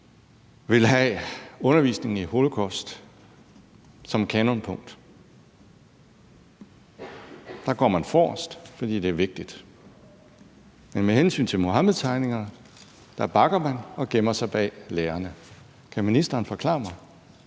vil have undervisning i holocaust som et kanonpunkt. Der går man forrest, fordi det er vigtigt. Men med hensyn til Muhammedtegninger bakker man og gemmer sig bag lærerne. Kan ministeren forklare mig,